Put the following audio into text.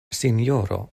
sinjoro